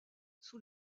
sous